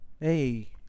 Hey